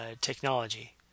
technology